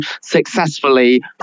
successfully